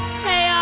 say